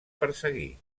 perseguir